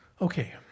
Okay